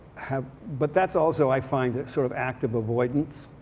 have but that's also i find sort of active avoidance.